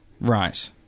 Right